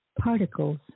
particles